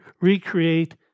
recreate